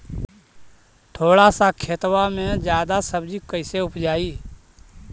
थोड़ा सा खेतबा में जादा सब्ज़ी कैसे उपजाई?